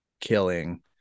killing